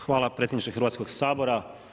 Hvala predsjedniče Hrvatskog sabora.